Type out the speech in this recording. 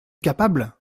capable